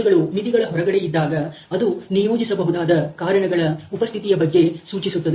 ಅಂಶಗಳು ಮಿತಿಗಳ ಹೊರಗಡೆ ಇದ್ದಾಗ ಅದು ನಿಯೋಜಿಸಬಹುದಾದ ಕಾರಣಗಳ ಉಪಸ್ಥಿತಿಯ ಬಗ್ಗೆ ಸೂಚಿಸುತ್ತವೆ